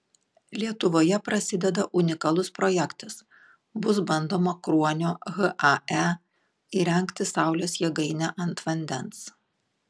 lietuvoje prasideda unikalus projektas bus bandoma kruonio hae įrengti saulės jėgainę ant vandens